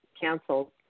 canceled